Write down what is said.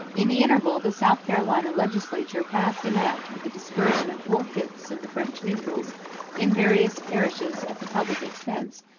in the interval the south carolina legislature passed an act for the dispersion of four-fifths of the french neutrals in various parishes at the public expense,